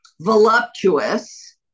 voluptuous